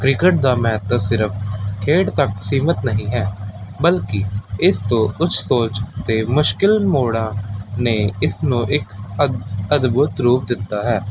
cricket ਦਾ ਮਹੱਤਵ ਸਿਰਫ ਖੇਡ ਤੱਕ ਸੀਮਤ ਨਹੀਂ ਹੈ ਬਲਕਿ ਇਸ ਤੋਂ ਉੱਚ ਸੋਚ ਅਤੇ ਮੁਸ਼ਕਿਲ ਮੋੜਾਂ ਨੇ ਇਸ ਨੂੰ ਇੱਕ ਅਦ ਅਦਭੁਤ ਰੂਪ ਦਿੱਤਾ ਹੈ